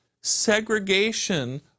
segregation